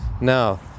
No